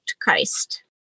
christ